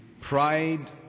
pride